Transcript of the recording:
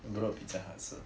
bedok 比较好吃